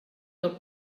del